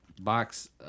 Box